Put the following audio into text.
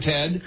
Ted